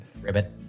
Ribbit